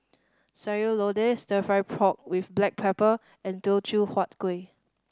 Sayur Lodeh Stir Fry pork with black pepper and Teochew Huat Kueh